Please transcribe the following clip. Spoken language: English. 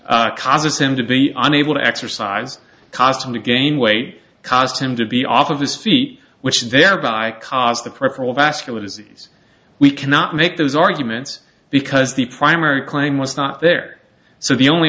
x causes him to be unable to exercise caused him to gain weight caused him to be off of his feet which thereby caused the peripheral vascular disease we cannot make those arguments because the primary claim was not there so the only